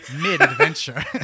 mid-adventure